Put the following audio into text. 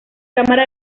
cámara